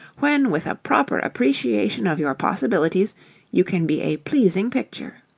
when with a proper appreciation of your possibilities you can be a pleasing picture?